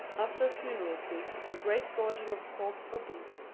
after a funeral feast, a great gorging of pork or beef,